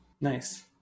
Nice